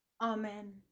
Amen